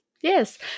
Yes